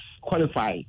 qualify